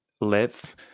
live